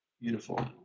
beautiful